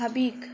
ভাবি